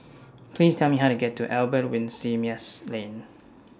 Please Tell Me How to get to Albert Winsemius Lane